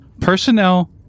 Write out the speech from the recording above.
personnel